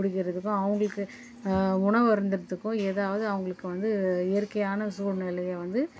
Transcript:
குடிக்கிறதுக்கும் அவங்களுக்கு உணவு அருந்துறதுக்கோ எதாவது அவங்களுக்கு வந்து இயற்கையான சூழ்நிலைய வந்து